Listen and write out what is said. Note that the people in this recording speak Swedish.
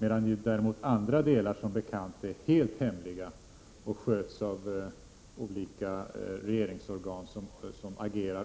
Som bekant finns det däremot andra delar som är hemliga och sköts av olika regeringsorgan, som agerar